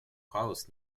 хаос